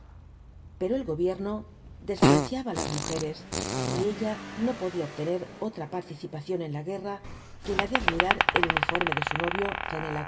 pero el gobierno despreciaba á las mujeres j ella no podía obtener otra participación en la gueri'a que la de admirar el uniforme de su novio